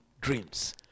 dreams